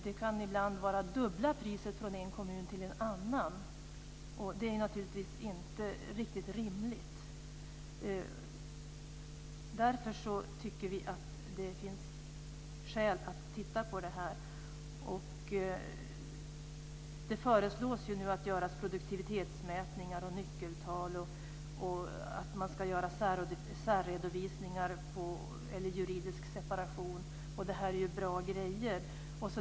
Det kan ibland vara dubbla priser från en kommun till en annan. Det är naturligtvis inte riktigt rimligt. Därför tycker vi att det finns skäl att titta på detta. Det föreslås att göras produktivitetsmätningar, nyckeltal och särredovisningar, en juridisk separation. Det är bra.